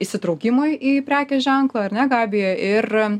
įsitraukimui į prekės ženklą ar ne gabija ir